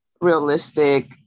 realistic